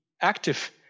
active